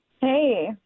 Hey